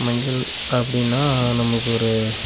மஞ்சள் அப்படின்னா நமக்கொரு